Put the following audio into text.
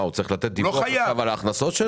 הוא צריך לתת דיווח על ההכנסות שלו?